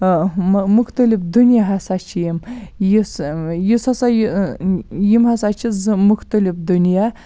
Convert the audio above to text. مُختلِف دُنیا ہَسا چھِ یِم یُس یُس ہَسا یہِ یِم ہَسا چھِ زٕ مُختلِف دُنیا